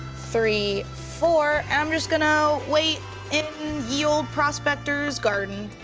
three, four and i'm just gonna wait in ye olde prospector's garden,